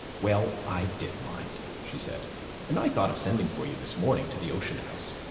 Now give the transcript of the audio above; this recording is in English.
well, i did mind, she said and i thought of sending for you this morning to the ocean house.